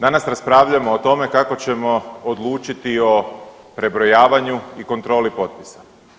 Danas raspravljamo o tome kako ćemo odlučiti od prebrojavanju i kontroli potpisa.